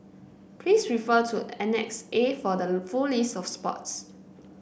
please refer to Annex A for the full list of sports